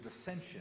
ascension